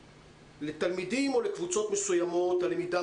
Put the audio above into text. שלתלמידים או לקבוצות מסוימות הלמידה